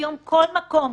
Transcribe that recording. היום כל מקום,